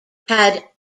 had